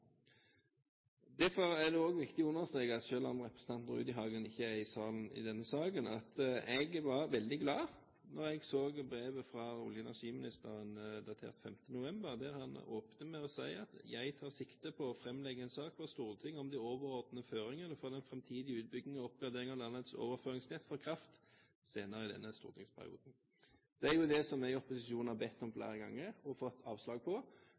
Derfor er det også viktig å understreke – selv om representanten Rudihagen ikke er i salen i denne saken – at jeg ble veldig glad da jeg så brevet fra olje- og energiministeren datert 5. november, der han åpnet med å si: «Jeg tar sikte på å framlegge en sak for Stortinget om de overordnede føringene for den fremtidige utbygging og oppgradering av landets overføringsnett for kraft senere i denne stortingsperioden.» Det er jo det vi i opposisjonen har bedt om flere ganger, og fått avslag på,